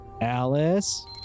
Alice